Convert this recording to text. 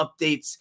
updates